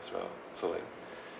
as well so like